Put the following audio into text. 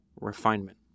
refinement